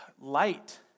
light